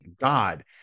God